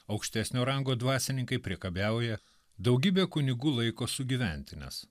aukštesnio rango dvasininkai priekabiauja daugybė kunigų laiko sugyventines